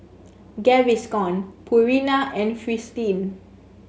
Gaviscon Purina and Fristine